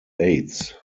aids